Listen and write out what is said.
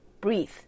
breathe